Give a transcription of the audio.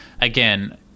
again